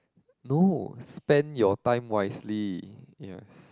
no spend your time wisely yes